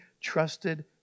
trusted